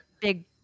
big